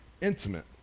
intimate